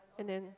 and then